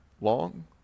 long